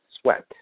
sweat